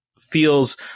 feels